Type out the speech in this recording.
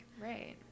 right